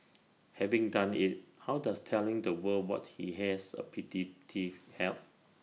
having done IT how does telling the world what he has A petty thief help